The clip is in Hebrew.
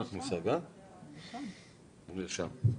הוא נרשם.